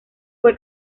fue